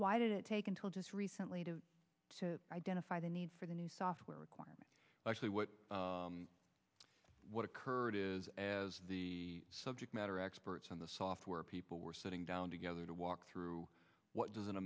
why did it take until just recently to to identify the need for the new software requirement actually what what occurred is as the subject matter experts on the software people were sitting down together to walk through what does